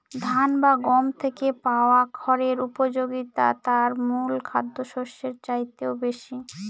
ধান বা গম থেকে পাওয়া খড়ের উপযোগিতা তার মূল খাদ্যশস্যের চাইতেও বেশি